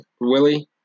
Willie